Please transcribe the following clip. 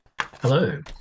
Hello